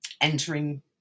entering